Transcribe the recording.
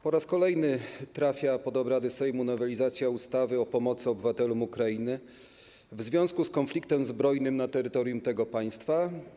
Po raz kolejny trafia pod obrady Sejmu nowelizacja ustawy o pomocy obywatelom Ukrainy w związku z konfliktem zbrojnym na terytorium tego państwa.